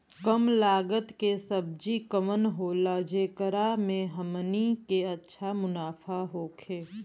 कम लागत के सब्जी कवन होला जेकरा में हमनी के अच्छा मुनाफा होखे?